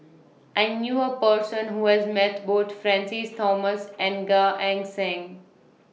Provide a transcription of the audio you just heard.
I knew A Person Who has Met Both Francis Thomas and Gan Eng Seng